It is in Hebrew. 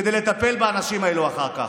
כדי לטפל באנשים האלו אחר כך.